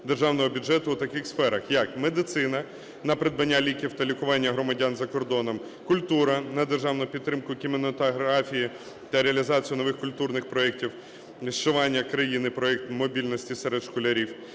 державного бюджету у таких сферах: як медицина – на придбання ліків та лікування громадян за кордоном; культура – на державну підтримку кінематографії та реалізацію нових культурних проектів "Зшивання країни – проект мобільності серед школярів";